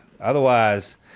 Otherwise